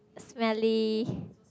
smelly